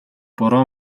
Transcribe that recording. бороо